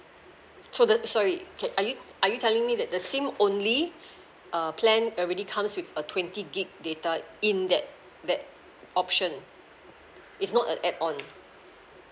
so the sorry okay are you are you telling me that the SIM only err plan already comes with a twenty G_B data in that that option it's not an add on